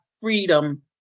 freedom